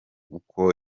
uko